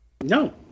No